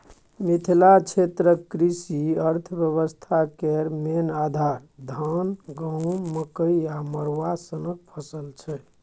मिथिला क्षेत्रक कृषि अर्थबेबस्था केर मेन आधार, धान, गहुँम, मकइ आ मरुआ सनक फसल छै